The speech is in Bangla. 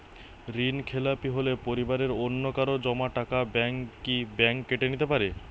ঋণখেলাপি হলে পরিবারের অন্যকারো জমা টাকা ব্যাঙ্ক কি ব্যাঙ্ক কেটে নিতে পারে?